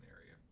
area